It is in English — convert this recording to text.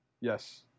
Yes